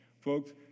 Folks